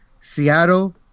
Seattle